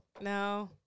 No